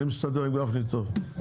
אני מסתדר עם גפני טוב.